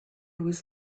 was